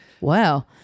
Wow